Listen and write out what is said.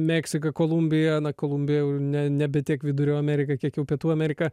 meksiką kolumbiją kolumbija jau ne nebe tiek vidurio amerika kiek jau pietų amerika